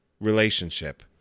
relationship